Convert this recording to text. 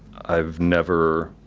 i've never,